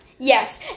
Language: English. Yes